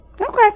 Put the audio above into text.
Okay